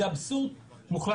זה אבסורד מוחלט.